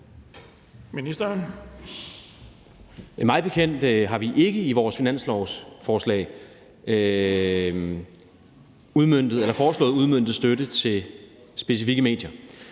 Mig bekendt har vi ikke i vores finanslovsforslag foreslået udmøntet støtte til specifikke medier.